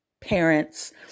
parents